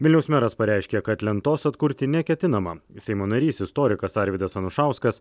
vilniaus meras pareiškė kad lentos atkurti neketinama seimo narys istorikas arvydas anušauskas